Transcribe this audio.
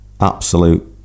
absolute